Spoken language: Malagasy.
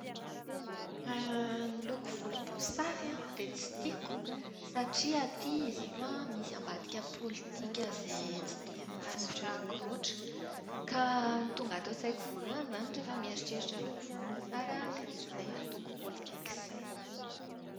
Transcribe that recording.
Ny loko volomboasary dia tsy tiako satria aty izy io misy ambadika politika izay tsy dia ankasitrahako loatra. Ka ny tonga ao an-tsaiko voalohany izany rehefa mieritreritra loko volomboasary dia izay antoko politika izay.